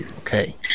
Okay